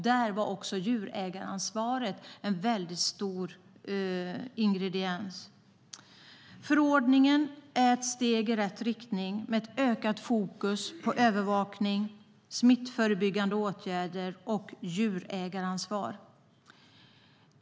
Där var djurägaransvaret en viktig del. Förordningen är ett steg i rätt riktning, med ökat fokus på övervakning, smittförebyggande åtgärder och djurägaransvar.